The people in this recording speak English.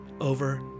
over